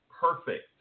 perfect